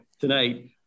tonight